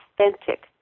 authentic